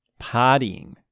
partying